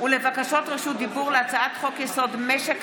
ולבקשות רשות דיבור להצעת חוק-יסוד: משק